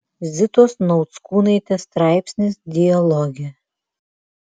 zitos nauckūnaitės straipsnis dialoge